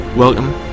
Welcome